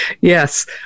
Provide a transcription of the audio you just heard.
Yes